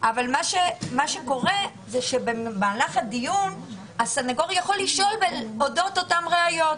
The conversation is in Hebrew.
ומה שקורה שבמהלך הדיון הסנגור יכול לשאול אודות אותן ראיות,